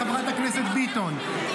חברת הכנסת ביטון,